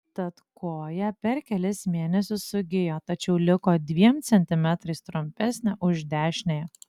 tad koja per kelis mėnesius sugijo tačiau liko dviem centimetrais trumpesnė už dešiniąją